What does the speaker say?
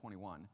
21